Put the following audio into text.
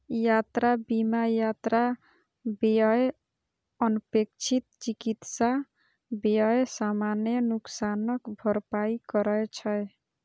यात्रा बीमा यात्रा व्यय, अनपेक्षित चिकित्सा व्यय, सामान नुकसानक भरपाई करै छै